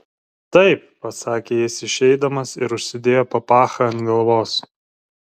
taip pasakė jis išeidamas ir užsidėjo papachą ant galvos